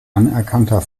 anerkannter